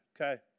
okay